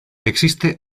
existe